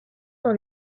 dans